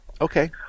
okay